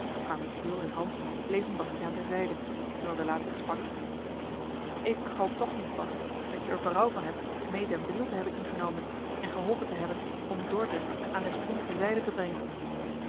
maar michiel en hans bleven bastiaan ter zijde terwijl de laatste sprak ik hoop toch niet bast dat je er berouw van hebt meê den briel te hebben ingenomen en geholpen te hebben om dordrecht aan des prinsen zijde te brengen